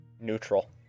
neutral